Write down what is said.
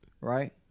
Right